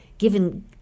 given